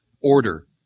order